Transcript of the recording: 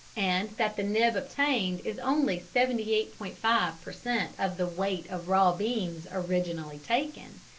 and that the nib obtained is only seventy eight point five per cent. of the weight of raw beans originally taken.